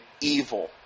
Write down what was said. evil